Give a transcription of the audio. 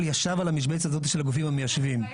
ישב על המשבצת הזאת של הגופים המיישבים.